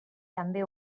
també